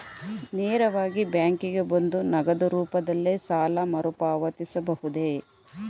ನೇರವಾಗಿ ಬ್ಯಾಂಕಿಗೆ ಬಂದು ನಗದು ರೂಪದಲ್ಲೇ ಸಾಲ ಮರುಪಾವತಿಸಬಹುದೇ?